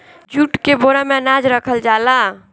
jute के बोरा में अनाज रखल जाला